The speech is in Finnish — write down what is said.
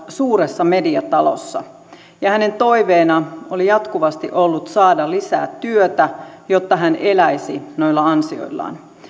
suuressa mediatalossa ja hänen toiveenaan oli jatkuvasti ollut saada lisää työtä jotta hän eläisi noilla ansioillaan